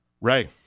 Ray